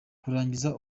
kurangiza